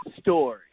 story